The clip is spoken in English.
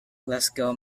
glasgow